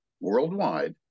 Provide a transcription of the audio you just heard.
worldwide